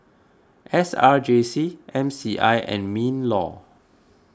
S R J C M C I and MinLaw